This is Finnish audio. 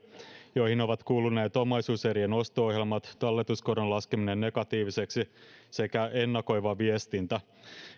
joihin ovat kuuluneet omaisuuserien osto ohjelmat talletuskoron laskeminen negatiiviseksi sekä ennakoiva viestintä